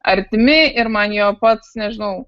artimi ir man jo pats nežinau